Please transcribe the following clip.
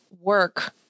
work